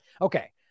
Okay